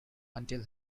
until